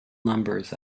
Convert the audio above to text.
numbers